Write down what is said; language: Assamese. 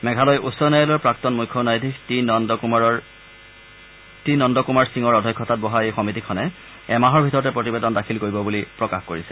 মেঘালয় উচ্চ ন্যায়ালয়ৰ প্ৰাক্তন মুখ্য ন্যায়াধীশ টি নন্দ কুমাৰ সিঙৰ অধ্যক্ষতাত বহা এই সমিতিখনে এমাহৰ ভিতৰত প্ৰতিবেদন দাখিল কৰিব বুলি প্ৰকাশ কৰিছে